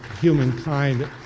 humankind